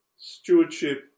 Stewardship